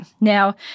Now